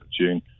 June